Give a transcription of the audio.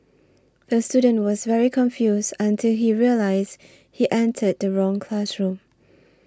the student was very confused until he realised he entered the wrong classroom